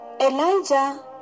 Elijah